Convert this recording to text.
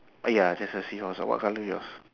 !aiya! that's a seahorse ah what colour yours